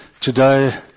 today